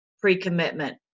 pre-commitment